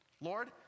Lord